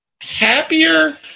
happier